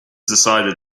decided